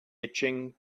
itching